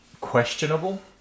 questionable